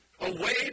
away